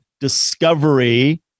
discovery